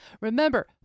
Remember